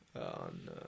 on